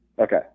Okay